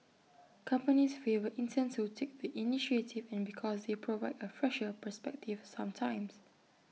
companies favour interns who take the initiative and because they provide A fresher perspective sometimes